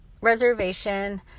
reservation